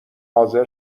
حاضر